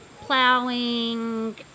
plowing